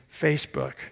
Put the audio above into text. Facebook